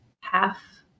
half